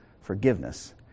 forgiveness